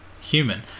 human